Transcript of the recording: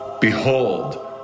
Behold